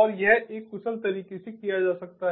और यह एक कुशल तरीके से किया जा सकता है